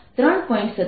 01sin 50t 3